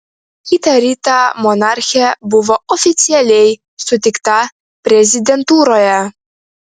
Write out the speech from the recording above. kitą rytą monarchė buvo oficialiai sutikta prezidentūroje